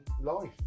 life